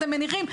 אתם מבינים.